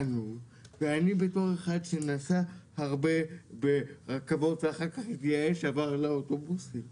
אני אומר בתור אחד שנסע הרבה ברכבות ואחר כך התייאש ועבר לאוטובוסים